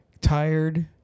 tired